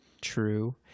True